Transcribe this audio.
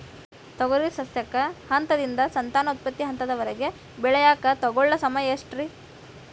ತೊಗರಿ ಸಸ್ಯಕ ಹಂತದಿಂದ, ಸಂತಾನೋತ್ಪತ್ತಿ ಹಂತದವರೆಗ ಬೆಳೆಯಾಕ ತಗೊಳ್ಳೋ ಸಮಯ ಎಷ್ಟರೇ?